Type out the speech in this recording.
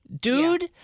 dude